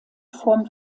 vorm